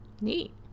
neat